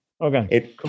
okay